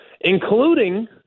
including